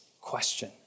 question